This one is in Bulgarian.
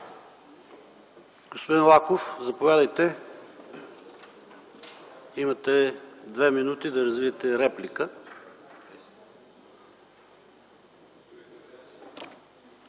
Господин Лаков, заповядайте, имате две минути, за да развиете репликата